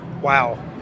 Wow